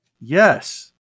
Yes